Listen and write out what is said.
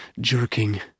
jerking